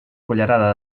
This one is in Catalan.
cullerada